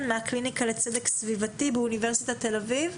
מהקליניקה לצדק סביבתי באוניברסיטת תל אביב.